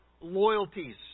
loyalties